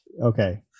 Okay